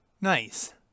Nice